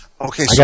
okay